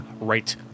right